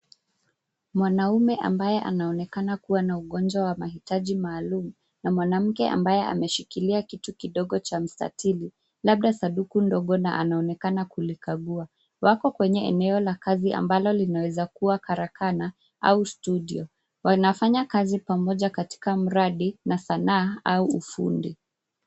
Mwanaume ambaye anaonekana kuwa na ugonjwa wa mahitaji maalum, na mwanamke ambaye ameshikilia kitu kidogo cha mstatili, labda sanduku ndogo na anaonekana kulikagua. Wako kwenye eneo la kazi ambalo linawezakuwa karakana au studio. Wanafanya kazi pamoja katika mradi na sanaa au ufundi.